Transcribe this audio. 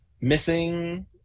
missing